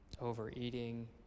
overeating